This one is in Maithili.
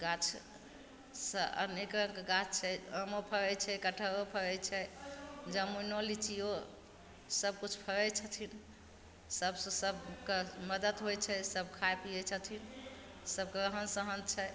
गाछसे अनेक रङ्गके गाछ छै आमो फड़ै छै कटहरो फड़ै छै जामुनो लिच्चिओ सबकिछु फड़ै छथिन सबसे सबके मदति होइ छै सब खाइ पिए छथिन सबके रहन सहन छै